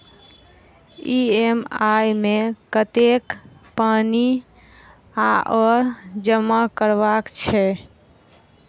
EMI मे कतेक पानि आओर जमा करबाक छैक?